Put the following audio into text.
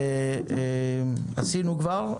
עשינו כבר.